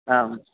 आम्